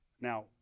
Now